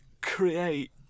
create